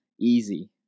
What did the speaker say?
easy